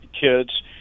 kids